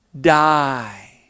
die